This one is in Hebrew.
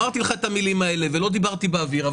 אמרתי לך את המילים האלה ולא דיברתי באוויר.